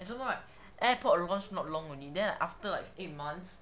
is also right airpods launch not long only then after like eight months